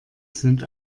sind